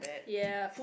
yeap